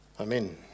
Amen